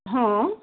हां